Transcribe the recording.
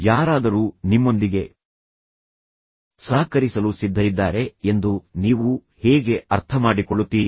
ಯಾರಾದರೂ ನಿಮ್ಮೊಂದಿಗೆ ಸಹಕರಿಸಲು ಸಿದ್ಧರಿದ್ದಾರೆ ಎಂದು ನೀವು ಹೇಗೆ ಅರ್ಥಮಾಡಿಕೊಳ್ಳುತ್ತೀರಿ